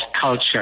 culture